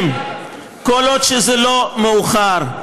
כל עוד זה לא מאוחר: